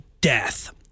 death